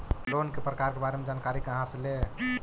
Loan के प्रकार के बारे मे जानकारी कहा से ले?